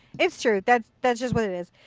it's true. that's that's just what it is.